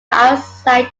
outside